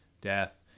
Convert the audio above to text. death